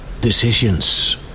Decisions